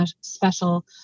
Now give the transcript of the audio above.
special